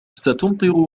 ستمطر